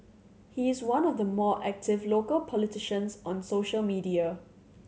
he is one of the more active local politicians on social media